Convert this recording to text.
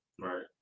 right